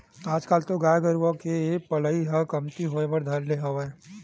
आजकल तो गाय गरुवा के पलई ह कमती होय बर धर ले हवय